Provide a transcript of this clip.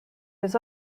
was